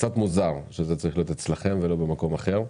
מוזר שזה צריך להיות אצלכם ולא במקום אחר.